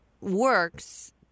works